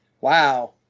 wow